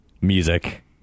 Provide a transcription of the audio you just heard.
music